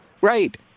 right